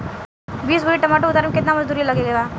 बीस बोरी टमाटर उतारे मे केतना मजदुरी लगेगा?